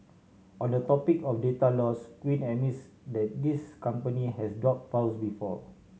on the topic of data loss Quinn admits that this company has dropped files before